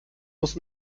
muss